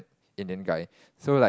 Indian guy so like